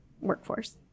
workforce